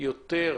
מצומצמת